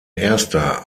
erster